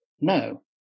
no